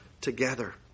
together